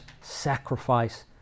sacrifice